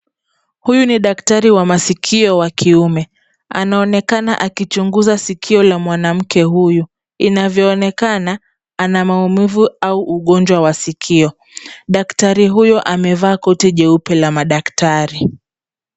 Huyu ni daktari wa masikio wa kiume. Anaonekana akichunguza sikio la mwanamke huyu. Inavyoonekana, ana maumivu au ugonjwa wa sikio. Daktari huyu amevaa koti jeupe la madaktari.